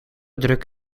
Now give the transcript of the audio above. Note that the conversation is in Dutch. drug